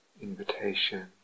invitation